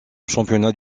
championnat